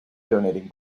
donating